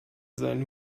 seinen